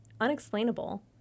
unexplainable